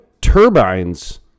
turbines